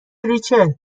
ریچل